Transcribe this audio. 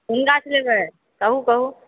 कोन गाछ लेबए कहू कहू